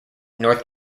north